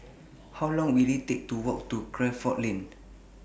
How Long Will IT Take to Walk to Crawford Lane